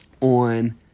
on—